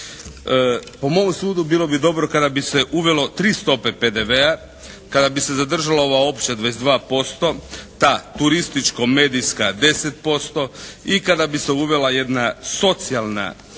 Po mom sudu bilo bi dobro kada bi se uvelo tri stope PDV-a, kada bi se zadržala ova opća 22% ta turističko-medijska 10% i kada bi se uvela jedna socijalna